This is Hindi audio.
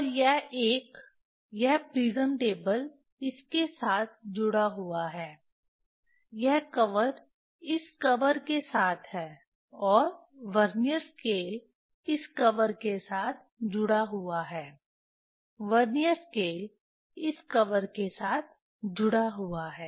और यह एक यह प्रिज्म टेबल इसके साथ जुड़ा हुआ है यह कवर इस कवर के साथ है और वर्नियर स्केल इस कवर के साथ जुड़ा हुआ है वर्नियर स्केल इस कवर के साथ जुड़ा हुआ है